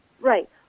Right